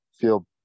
feel